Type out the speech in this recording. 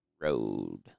road